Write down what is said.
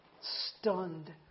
stunned